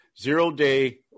Zero-day